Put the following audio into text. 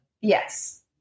Yes